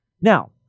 Now